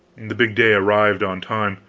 the big day arrived on time.